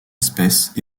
espèces